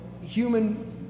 human